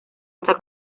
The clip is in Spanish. hasta